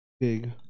big